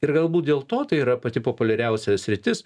ir galbūt dėl to tai yra pati populiariausia sritis